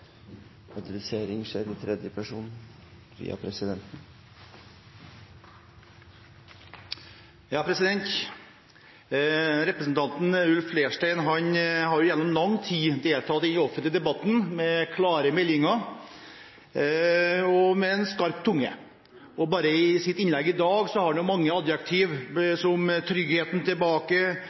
Representanten Ulf Leirstein har gjennom lang tid deltatt i den offentlige debatten, med klare meldinger og en skarp tunge. Bare i sitt innlegg i dag bruker han mange adjektiver og uttrykk, som tryggheten tilbake,